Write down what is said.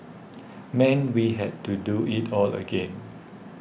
meant we had to do it all again